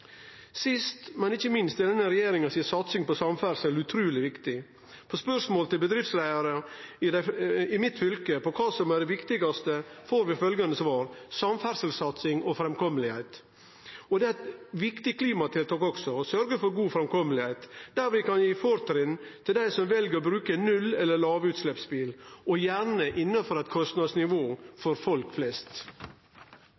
Sist, men ikkje minst, er denne regjeringa si satsing på samferdsel utruleg viktig. På spørsmål til bedriftsleiarar i mitt fylke om kva som er det viktigaste, får vi følgjande svar: samferdselssatsing og framkommelegheit. Det er eit viktig klimatiltak også å sørgje for god framkommelegheit, der vi kan gi fortrinn til dei som vel å bruke nullutslepps- eller lavutsleppsbil – og gjerne innanfor eit kostnadsnivå